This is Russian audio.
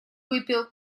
выпил